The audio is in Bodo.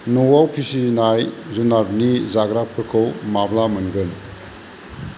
न'आव फिसिनाय जुनारनि जाग्राफोरखौ माब्ला मोनगोन